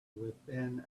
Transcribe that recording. within